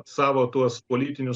savo tuos politinius